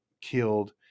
killed